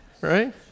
Right